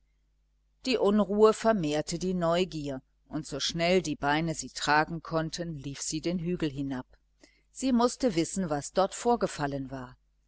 die unruhe vermehrte die neugier und so schnell die beine sie tragen konnten lief sie den hügel hinab sie mußte wissen was dort vorgefallen war